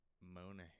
Monahan